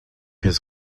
his